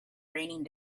raining